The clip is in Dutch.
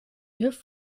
juf